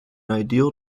ideal